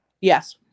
Yes